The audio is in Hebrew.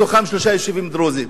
מתוכם שלושה יישובים דרוזיים.